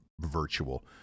virtual